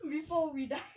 before we die